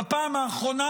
בפעם האחרונה,